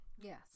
Yes